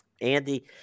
Andy